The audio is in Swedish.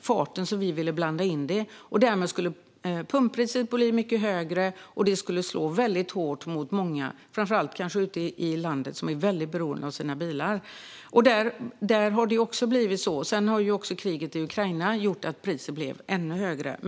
takt som vi ville blanda in dem. Därmed skulle pumppriset bli mycket högre. Och det skulle slå väldigt hårt mot många, kanske framför allt ute i landet, som är väldigt beroende av sina bilar. Där har det också blivit så. Sedan har kriget i Ukraina gjort att priset blivit ännu högre.